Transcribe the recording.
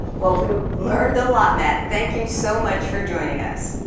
well we learned a lot matt, thank you so much for joining us.